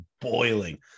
boiling